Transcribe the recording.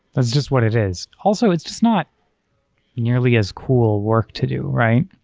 that's just what it is. also, it's just not nearly as cool work to do, right?